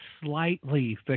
slightly